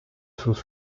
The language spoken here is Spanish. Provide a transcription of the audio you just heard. sus